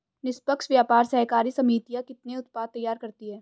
निष्पक्ष व्यापार सहकारी समितियां कितने उत्पाद तैयार करती हैं?